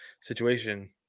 situation